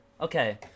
Okay